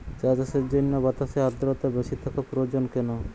চা চাষের জন্য বাতাসে আর্দ্রতা বেশি থাকা প্রয়োজন কেন?